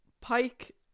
Pike